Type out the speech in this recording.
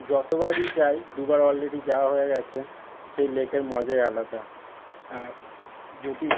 যতবারই যাই দুবার অলরেডি যাওয়া হয়ে গেছে সেই লেকের মজাই আলাদা আর যদি